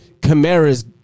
Kamara's